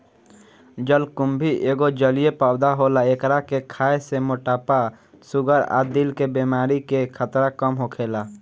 जलकुम्भी एगो जलीय पौधा होला एकरा के खाए से मोटापा, शुगर आ दिल के बेमारी के खतरा कम होखेला